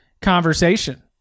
conversation